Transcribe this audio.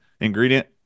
ingredient